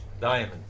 diamond